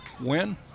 win